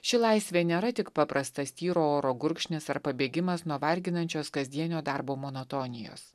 ši laisvė nėra tik paprastas tyro oro gurkšnis ar pabėgimas nuo varginančios kasdienio darbo monotonijos